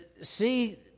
see